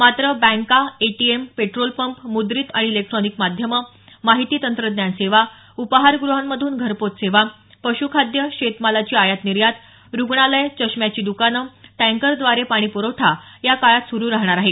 मात्र बँका ATM petrol pump मुद्रीत आणि इलेक्ट्रॉनिक माध्यमे माहिती तंत्रज्ञान सेवा उपाहारगृहांमधून घरपोच सेवा पश्खाद्य शेतमालाची आयात निर्यात रुग्णालय चष्म्याची द्कानं टँकरद्वारे पाणीप्रवठा या काळात सुरु राहणार आहे